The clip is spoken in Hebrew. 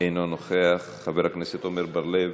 אינו נוכח, חבר הכנסת עמר בר-לב,